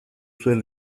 zuen